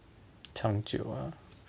这样久 ah